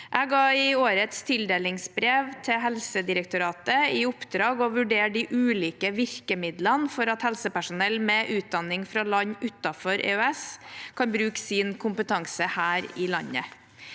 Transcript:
Jeg ga i årets tildelingsbrev Helsedirektoratet i oppdrag å vurdere de ulike virkemidlene for at helsepersonell med utdanning fra land utenfor EØS kan bruke sin kompetanse her i landet.